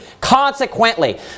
consequently